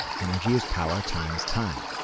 energy is power times time.